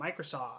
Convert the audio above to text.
microsoft